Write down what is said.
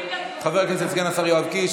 חבר הכנסת סגן השר יואב קיש,